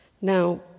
Now